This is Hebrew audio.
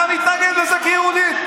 אתה מתנגד לזה כיהודי?